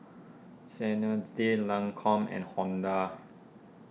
Sensodyne Lancome and Honda